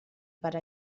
per